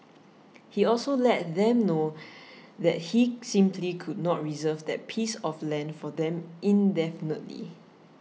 he also let them know that he simply could not reserve that piece of land for them indefinitely